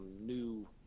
new